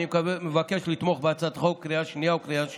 אני מבקש לתמוך בהצעת החוק בקריאה שנייה ובקריאה שלישית.